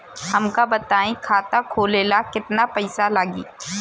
हमका बताई खाता खोले ला केतना पईसा लागी?